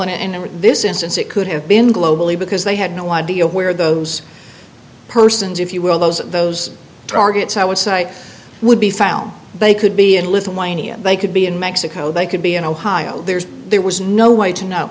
and in this instance it could have been globally because they had no idea where those persons if you will those those targets i would say would be found they could be in lithuania they could be in mexico they could be in ohio there's there was no way to know